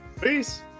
Peace